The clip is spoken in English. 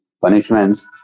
punishments